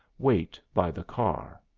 wait by the car?